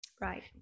Right